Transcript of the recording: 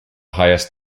highest